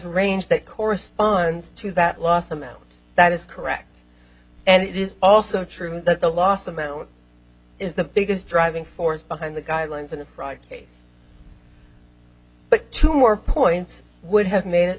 range that corresponds to that loss amount that is correct and it is also true that the last amount is the biggest driving force behind the guidelines of the fry case but two more points would have made